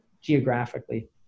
geographically